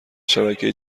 شبکه